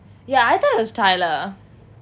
ya I thought it was tyler